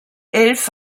elf